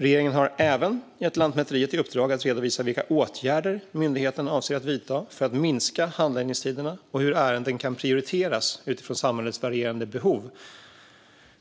Regeringen har även gett Lantmäteriet i uppdrag att redovisa vilka åtgärder myndigheten avser att vidta för att minska handläggningstiderna och hur ärenden kan prioriteras utifrån samhällets varierande behov.